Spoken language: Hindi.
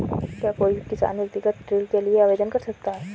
क्या कोई किसान व्यक्तिगत ऋण के लिए आवेदन कर सकता है?